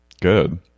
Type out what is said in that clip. Good